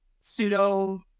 pseudo